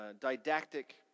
didactic